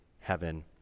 heaven